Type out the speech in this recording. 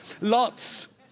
Lots